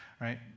right